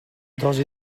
dos